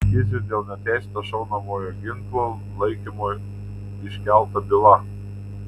kiziui dėl neteisėto šaunamojo ginklo laikymo iškelta byla